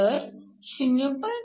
तर 0